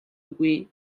үгүй